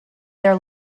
their